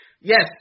Yes